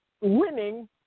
winning